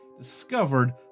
discovered